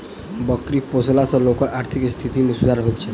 बकरी पोसला सॅ लोकक आर्थिक स्थिति मे सुधार होइत छै